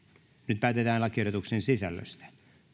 nyt päätetään lakiehdotuksen sisällöstä